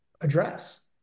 address